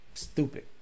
stupid